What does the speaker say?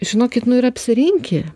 žinokit nu ir apsirinki